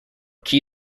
key